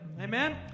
Amen